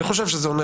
אני חושב שזה עונה